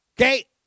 Okay